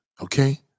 okay